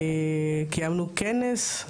קיימנו כנס.